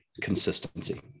consistency